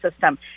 system